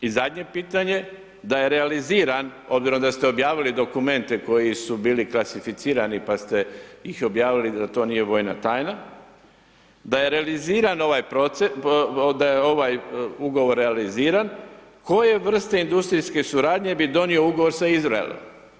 I zadnje pitanje, da je realiziran, obzirom da ste objavili dokumente koji su bili klasificirani, pa ste ih objavili, da to nije vojna tajna, da je realiziran ovaj proces, da je ovaj ugovor realiziran, koje vrste industrijske suradnje bi donio ugovor sa Izraelom?